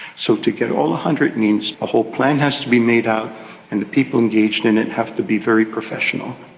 so to get all hundred means a whole plan has to be made out and the people engaged in it have to be very professional.